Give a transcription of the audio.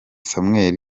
samuel